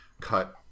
cut